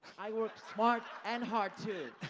i work smart and hard, too.